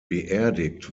beerdigt